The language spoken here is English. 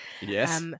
Yes